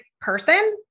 person